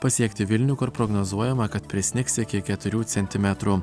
pasiekti vilnių kur prognozuojama kad prisnigs iki keturių centimetrų